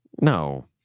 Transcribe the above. No